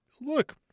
look—